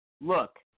look